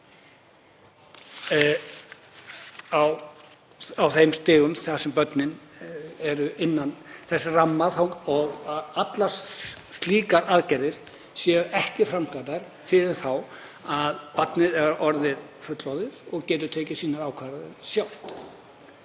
á þeim stigum þar sem barnið er innan þess ramma og að slíkar aðgerðir séu ekki framkvæmdar fyrr en barnið er orðið fullorðið og getur tekið sínar ákvarðanir sjálft?